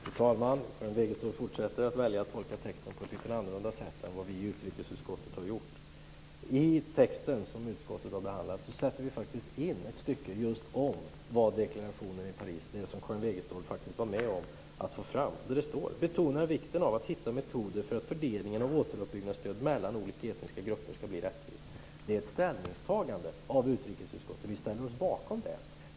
Fru talman! Karin Wegestål fortsätter att välja att tolka texten på ett lite annorlunda sätt än vad vi i utrikesutskottet har gjort. I texten som utskottet har behandlat har vi satt in ett stycke just om deklarationen i Paris - det som Karin Wegestål var med om att få fram. Det står: Betona vikten av att hitta metoder för att fördelningen av återuppbyggnadsstöd mellan olika etniska grupper ska bli rättvis. Det är ett ställningstagande av utrikesutskottet; vi ställer oss bakom det här.